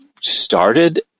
started